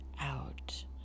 out